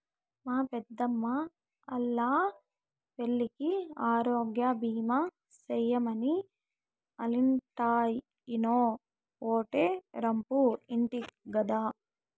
మా పెద్దమ్మా ఆల్లా పిల్లికి ఆరోగ్యబీమా సేయమని ఆల్లింటాయినో ఓటే రంపు ఇంటి గదా